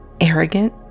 arrogant